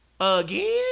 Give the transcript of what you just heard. Again